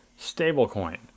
stablecoin